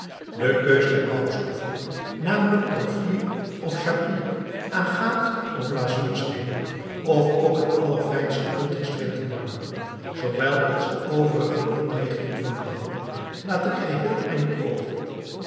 de keus der bouwstoffen namelijk porfier of jaspis agaath of lazuursteen of ook het allerfijnste bontgestreepte marmer zoowel als de overige inrichting van den bouw laat ik geheel aan je over